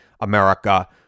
America